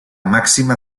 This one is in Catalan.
màxima